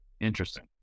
Interesting